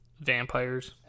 Vampires